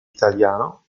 italiano